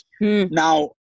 Now